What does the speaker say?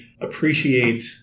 appreciate